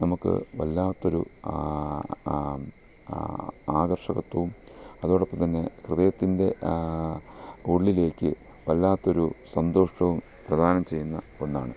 നമുക്ക് വല്ലാത്തൊരു ആകർഷകത്വം അതോടൊപ്പം തന്നെ ഹൃദയത്തിൻ്റെ ഉള്ളിലേക്ക് വല്ലാത്തൊരു സന്തോഷവും പ്രധാനം ചെയ്യുന്ന ഒന്നാണ്